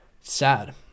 Sad